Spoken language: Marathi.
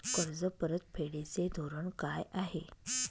कर्ज परतफेडीचे धोरण काय आहे?